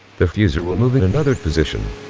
the fuser will move in another position.